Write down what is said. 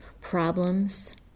problems